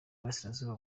burasirazuba